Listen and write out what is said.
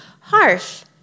harsh